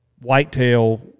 Whitetail